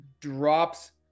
drops